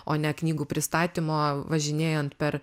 o ne knygų pristatymo važinėjant per